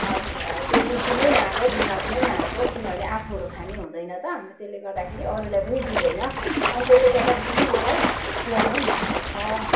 त्यो बुद्धिमै नआएको दिमागमै नआएको किनभने आफूहुरू खाने हुँदैन त त्यसले गर्दाखेरि अरूलाई पनि दिँदैन अनि त्यसले गर्दाखेरि चाहिँ मलाई चिया नै मन पर्छ